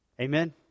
Amen